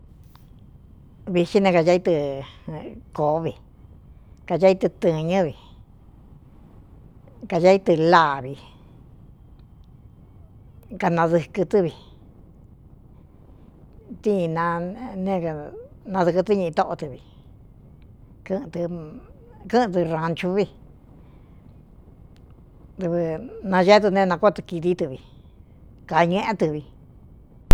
Vixí ne kaña í tɨ kōó vi kaña í tɨ tɨ̄ñɨ́ vi kaña í tɨ láavi kanadɨkɨ tɨ́ vi tínna ne nadɨkɨ tɨ́ ñiꞌi tóꞌo tɨ vi kɨꞌɨn tɨ raanchú vi v nañeé dɨ neé nakuāꞌa tɨɨ kīdí tɨvi kāñē̄ꞌé tɨvi.